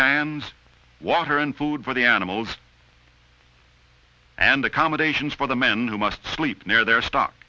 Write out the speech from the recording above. pans water and food for the animals and accommodations for the men who must sleep near their stock